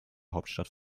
hauptstadt